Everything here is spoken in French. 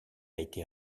été